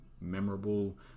memorable